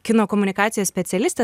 kino komunikacijos specialistė